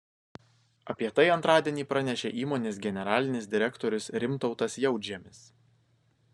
apie tai antradienį pranešė įmonės generalinis direktorius rimtautas jautžemis